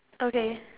okay